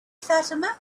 fatima